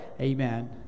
Amen